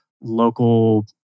local